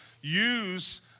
use